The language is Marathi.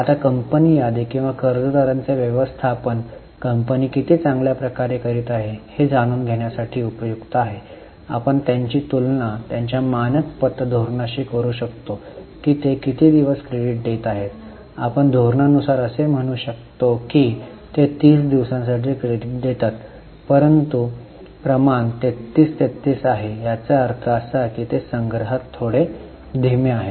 आता कंपनी यादी किंवा कर्जदारांचे व्यवस्थापन कंपनी किती चांगल्या प्रकारे करीत आहे हे जाणून घेण्यासाठी उपयुक्त आहे आपण त्यांची तुलना त्यांच्या मानक पत धोरणाशी करू शकतो की ते किती दिवस क्रेडिट देत आहेत आपण धोरणानुसार असे म्हणू शकता की ते 30 दिवसांसाठी क्रेडिट देतात परंतु प्रमाण 33 33 आहे याचा अर्थ असा की ते संग्रहात थोडे धीमे आहेत